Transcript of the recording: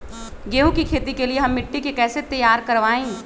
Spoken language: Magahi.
गेंहू की खेती के लिए हम मिट्टी के कैसे तैयार करवाई?